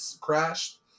crashed